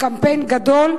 בקמפיין גדול,